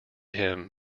him